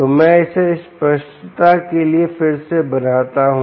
तो मैं इसे स्पष्टता के लिए फिर से बनाता हूं